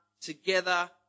together